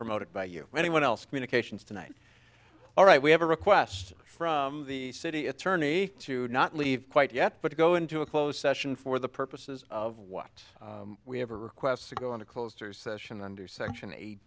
promoted by you or anyone else communications tonight all right we have a request from the city attorney to not leave quite yet but to go into a closed session for the purposes of what we have our requests to go into closed session under section eight